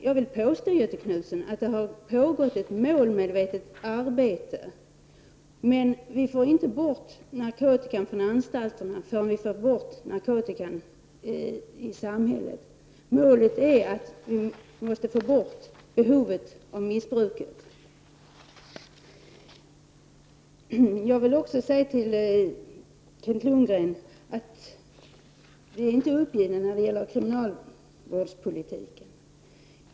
Jag vill alltså påstå, Göthe Knutson, att det har ,..» "it et målmedvetet arbete för att komma till rätta med narkotikaproblemen på anstalterna. Men vi får inte bort narkotikan från anstal terna förrän vi har har fått bort narkotikan i samhället. Målet är alltså att få bort behovet av narkotikabruk. Till Kent Lundgren vill jag säga att det inte råder någon uppgivenhet inom kriminalvårdspolitiken.